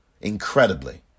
incredibly